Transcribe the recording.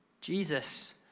Jesus